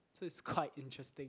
so it's quite interesting